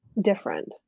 different